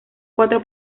cuatro